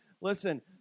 listen